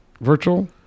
virtual